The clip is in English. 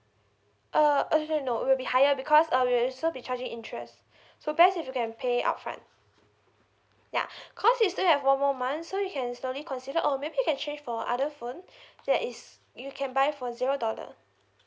uh uh no no will be higher because uh we'll also be charging interest so best if you can pay upfront yeah cause you still have one more month so you can slowly consider or maybe you can change for other phone that is you can buy for zero dollar